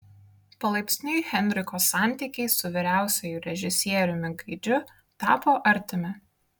palaipsniui henriko santykiai su vyriausiuoju režisieriumi gaidžiu tapo artimi